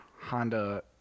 Honda